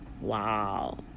Wow